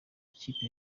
kipe